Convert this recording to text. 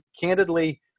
candidly